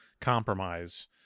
compromise